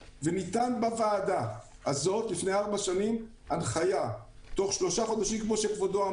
בוועדה הזאת ניתנה הנחיה להביא את התקנות תוך שלושה חודשים.